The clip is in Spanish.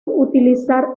utilizar